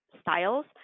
styles